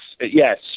yes